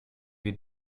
wir